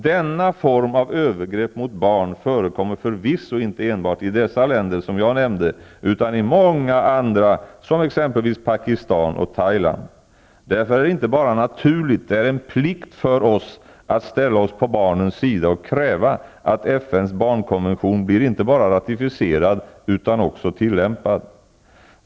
Denna form av övergrepp mot barn förekommer förvisso inte enbart i dessa länder utan i många andra som exempelvis Pakistan och Thailand. Därför är det inte bara naturligt, det är en plikt för oss, att ställa oss på barnens sida och kräva att FN:s barnkonvention blir inte bara ratificerad utan också tillämpad.